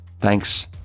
Thanks